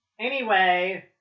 Anyway-